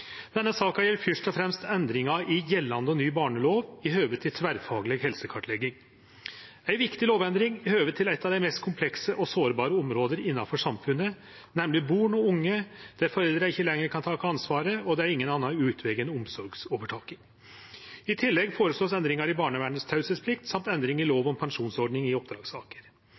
Denne saka gjeld fyrst og fremst endringar i gjeldande barnevernslov i høve til tverrfagleg helsekartlegging – ei viktig lovendring i høve til eit av dei mest komplekse og sårbare områda innanfor samfunnet, nemleg barn og unge der foreldra ikkje lenger kan take ansvaret og det ikkje er nokon annan utveg enn omsorgsovertaking. I tillegg vert det føreslått endringar i teieplikta til barnevernet og endring i lov om pensjonsordning